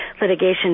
litigation